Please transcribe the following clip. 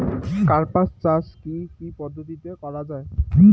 কার্পাস চাষ কী কী পদ্ধতিতে করা য়ায়?